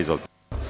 Izvolite.